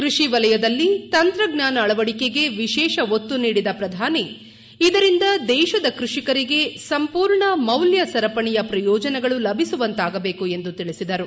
ಕೃಷಿ ವಲಯದಲ್ಲಿ ತಂತ್ರಜ್ಞಾನ ಅಳವಡಿಕೆಗೆ ವಿಶೇಷ ಒತ್ತು ನೀಡಿದ ಪ್ರಧಾನಿ ಇದರಿಂದ ದೇಶದ ಕೃಷಿಕರಿಗೆ ಸಂಪೂರ್ಣ ಮೌಲ್ಯ ಸರಪಣಿಯ ಪ್ರಯೋಜನಗಳು ಲಭಿಸುವಂತಾಗಬೇಕು ಎಂದು ತಿಳಿಸಿದರು